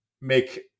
make